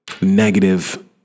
negative